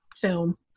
film